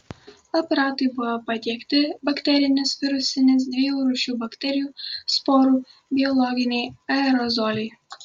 aparatui buvo patiekti bakterinis virusinis dviejų rūšių bakterijų sporų biologiniai aerozoliai